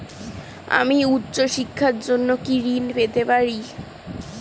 আমি উচ্চশিক্ষার জন্য কি ঋণ পেতে পারি?